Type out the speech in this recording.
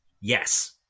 Yes